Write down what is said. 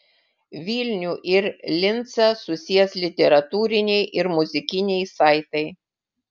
vilnių ir lincą susies literatūriniai ir muzikiniai saitai